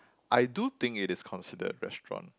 I do think it is considered a restaurant